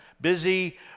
busy